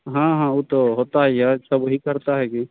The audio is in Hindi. हाँ हाँ वो तो होता ही है सब वही करता है की